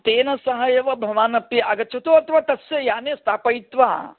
तेन सह एव भवान् अपि आगच्छतु अथवा तस्य याने स्थापयित्वा